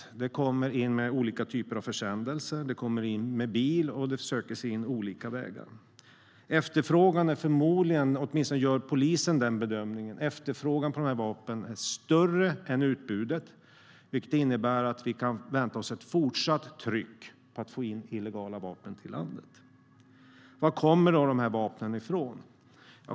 Vapen kommer in i olika typer av försändelser, med bil och på olika andra vägar. Efterfrågan är förmodligen - åtminstone gör polisen den bedömningen - större än utbudet, vilket innebär att vi kan vänta oss ett fortsatt tryck på att få in illegala vapen i landet. Varifrån kommer då de här vapnen?